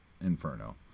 inferno